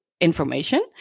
information